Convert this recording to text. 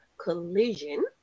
collision